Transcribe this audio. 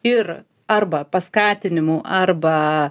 ir arba paskatinimu arba